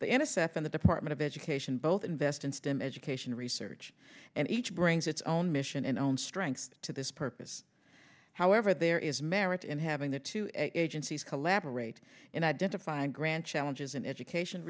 the n s f and the department of education both invest in stem education research and each brings its own mission and own strengths to this purpose however there is merit in having the two agencies collaborate in identifying grand challenges in education